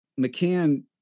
McCann